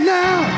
now